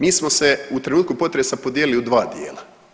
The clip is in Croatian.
Mi smo se u trenutku potresa podijelili u dva dijela.